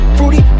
Fruity